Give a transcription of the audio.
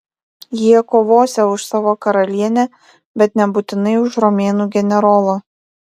jie kovosią už savo karalienę bet nebūtinai už romėnų generolą